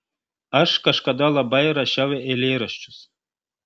aš kažkada labai rašiau eilėraščius